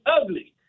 ugly